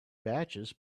batches